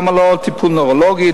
למה לא טיפול נוירולוגי,